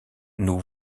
nous